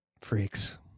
Freaks